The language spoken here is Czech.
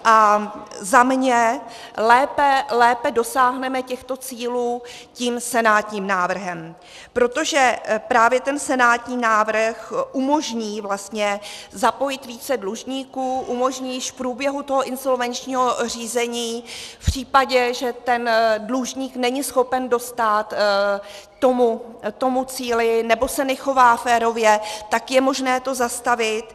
A za mě lépe dosáhneme těchto cílů senátním návrhem, protože právě ten senátní návrh umožní vlastně zapojit více dlužníků, umožní již v průběhu toho insolvenčního řízení v případě, že dlužník není schopen dostát tomu cíli nebo se nechová férově, tak je možné to zastavit.